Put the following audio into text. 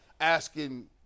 asking